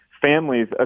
families